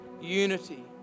unity